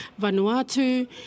Vanuatu